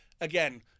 again